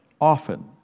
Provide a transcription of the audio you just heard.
often